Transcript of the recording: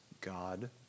God